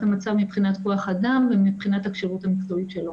המצב מבחינת כוח האדם ומבחינת הכשירות המקצועית שלו.